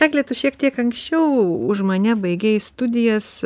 egle tu šiek tiek anksčiau už mane baigei studijas